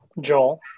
Joel